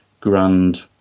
grand